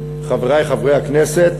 חברי חברי הכנסת,